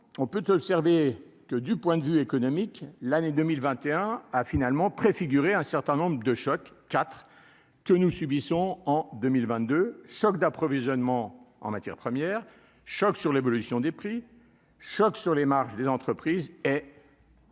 on peut observer que du point de vue économique l'année 2021 a finalement préfiguré un certain nombre de choc quatre que nous subissons en 2022 choc d'approvisionnement en matières premières choc sur l'évolution des prix choc sur les marges des entreprises et.